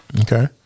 Okay